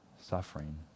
suffering